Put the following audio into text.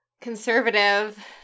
conservative